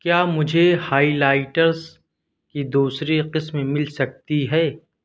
کیا مجھے highlighters کی دوسری قسم مل سکتی ہے